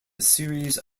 series